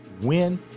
win